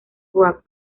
rock